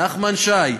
נחמן שי,